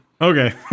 Okay